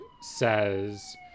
says